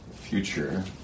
future